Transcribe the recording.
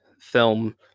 film